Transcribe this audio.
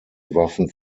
waffen